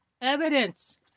evidence